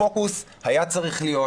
הפוקוס היה צריך להיות,